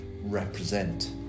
represent